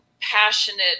passionate